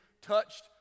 touched